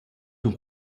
sun